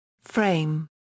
Frame